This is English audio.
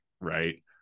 right